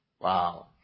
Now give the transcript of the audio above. Wow